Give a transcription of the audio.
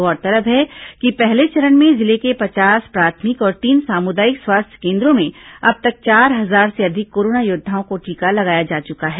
गौरतलब है कि पहले चरण में जिले के पचास प्राथमिक और तीन सामुदायिक स्वास्थ्य केन्द्रों में अब तक चार हजार से अधिक कोरोना योद्वाओं को टीका लगाया जा चुका है